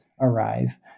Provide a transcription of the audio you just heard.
arrive